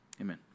amen